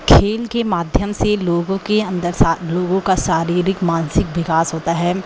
खेल के माध्यम से लोगों के अंदर सा लोगों का सा शारीरिक मानसिक विकास होता है